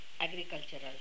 agricultural